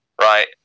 right